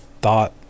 thought